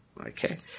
okay